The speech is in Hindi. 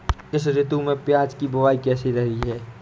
इस ऋतु में प्याज की बुआई कैसी रही है?